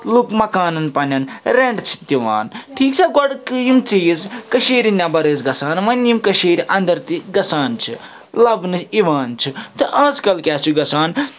لُکھ مکانَن پنٛنٮ۪ن رٮ۪نٛٹ چھِ دِوان ٹھیٖک چھا گۄڈٕ یِم چیٖز کٔشیٖرِ نٮ۪بَر ٲسۍ گژھان وۄنۍ یِم کٔشیٖرِ اَنٛدر تہِ گژھان چھِ لَبنہٕ یِوان چھِ تہٕ آز کَل کیٛاہ چھِ گژھان